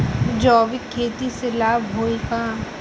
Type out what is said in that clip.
जैविक खेती से लाभ होई का?